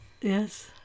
Yes